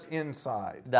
inside